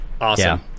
Awesome